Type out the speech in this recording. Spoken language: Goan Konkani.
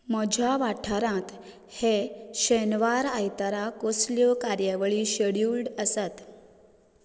म्हज्या वाठारांत हे शेनवार आयतारा कसल्यो कार्यावळी शॅड्युल्ड आसात